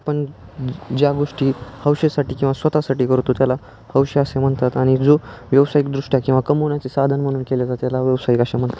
पण ज्या गोष्टी हौशीसाठी किंवा स्वताःसाटी करतो त्याला हौशी असे म्हणतात आणि जो व्यवसायिकदृष्ट्या किंवा कमवण्याचे साधन म्हणून केलं जात त्याला व्यवसायिक अशे म्हणतात